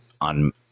on